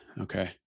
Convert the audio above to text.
Okay